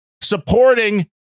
supporting